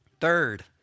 Third